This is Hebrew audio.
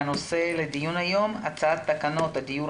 הנושא לדיון היום: הצעת תקנות הדיור